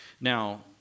Now